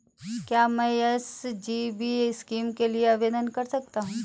क्या मैं SGB scheme के लिए आवेदन कर सकता हूँ?